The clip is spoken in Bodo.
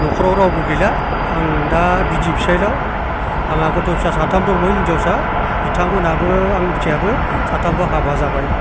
न'खराव रावबो गैला आं दा बिसि फिसायल' आंहा गथ' फिसा साथाम दंमोन हिनजावसा बिथांमोनहाबो आंनि फिसायाबो साथामबो हाबा जाबाय